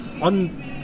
on